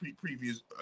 previous